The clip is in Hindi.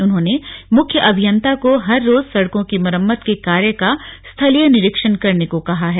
उन्होंने मुख्य अभियंता को हर रोज सड़कों की मरम्मत के कार्य का स्थलीय निरीक्षण करने को कहा है